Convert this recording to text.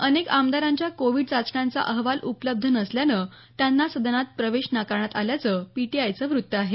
अनेक आमदारांच्या कोविड चाचण्यांचा अहवाल उपलब्ध नसल्यानं त्यांना सद्नात प्रवेश नाकारण्यात आल्याचं पीटीआयचं वृत्त आहे